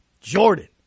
Jordan